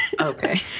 Okay